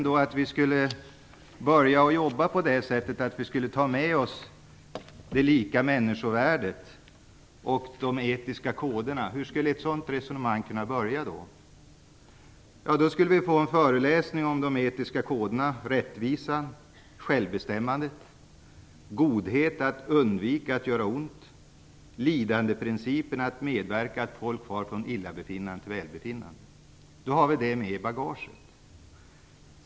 Tänk om vi skulle börja med att ta med idén om människors lika värde och de etiska koderna! Hur skulle ett sådant resonemang kunna börja? Då skulle vi få en föreläsning om de etiska koderna som handlar om rättvisa, självbestämmande, godhet, att undvika att göra ont, lidandeprincipen och att medverka till att folk far från illabefinnande till välbefinnande. Då har vi med oss det i bagaget.